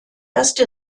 erste